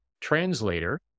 translator